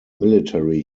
military